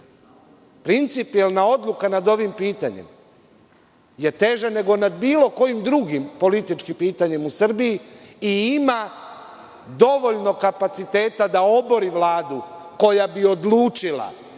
prestupa. Principijelna odluka nad ovim pitanjem je teže nego nad bilo kojim drugim političkim pitanjima u Srbiji i ima dovoljno kapaciteta da obori Vladu koja bi odlučila